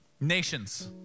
Nations